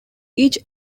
each